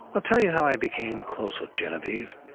i'll tell you how i became close with genevieve.